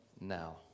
now